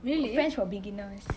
really